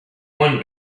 one